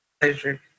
pleasure